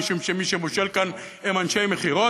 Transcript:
משום שמי ששולט כאן הם אנשי מכירות,